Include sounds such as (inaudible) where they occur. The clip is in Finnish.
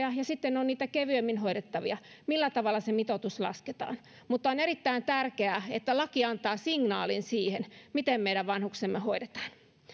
(unintelligible) ja ja sitten on niitä kevyemmin hoidettavia niin millä tavalla se mitoitus lasketaan mutta on erittäin tärkeää että laki antaa signaalin siihen miten meidän vanhuksemme hoidetaan